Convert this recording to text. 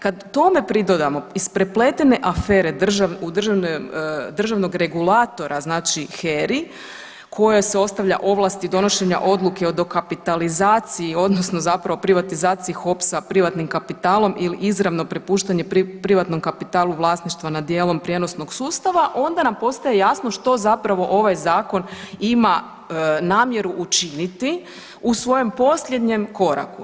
Kad tome pridodamo isprepletene afere u državnim, državnog regulatora znači HERI kojoj se ostavlja ovlasti donošenja odluke o dokapitalizaciji odnosno zapravo privatizaciji HOPS-a privatnim kapitalom ili izravno prepuštanje privatnom kapitalu vlasništava nad dijelom prijenosnog sustava, onda nam postaje jasno što zapravo ovaj zakon ima namjeru učiniti u svojem posljednjem koraku.